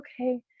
okay